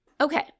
Okay